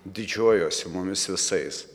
didžiuojuosi mumis visais